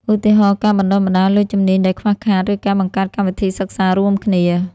ឧទាហរណ៍ ការបណ្តុះបណ្តាលលើជំនាញដែលខ្វះខាត ឬការបង្កើតកម្មវិធីសិក្សារួមគ្នា។